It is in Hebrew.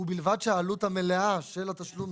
ובלבד שהעלות המלאה של התשלום